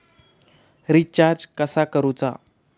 Recharge कसा करूचा?